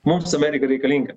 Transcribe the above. mums amerika reikalinga